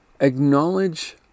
acknowledge